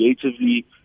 creatively